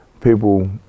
people